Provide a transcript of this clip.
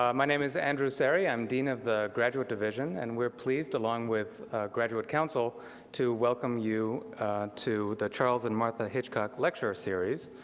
um my name is andrew szeri, i'm dean of the graduate division, and we're pleased along with graduate council to welcome you to the charles and martha hitchcock lecture series.